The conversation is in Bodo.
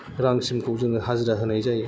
रांसिमखौ जोङो हाजिरा होनाय जायो